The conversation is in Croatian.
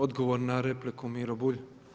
Odgovor na repliku Miro Bulj.